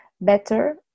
better